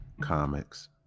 comics